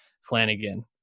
flanagan